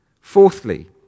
Fourthly